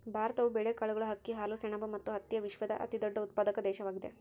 ಭಾರತವು ಬೇಳೆಕಾಳುಗಳು, ಅಕ್ಕಿ, ಹಾಲು, ಸೆಣಬು ಮತ್ತು ಹತ್ತಿಯ ವಿಶ್ವದ ಅತಿದೊಡ್ಡ ಉತ್ಪಾದಕ ದೇಶವಾಗಿದೆ